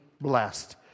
blessed